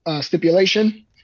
stipulation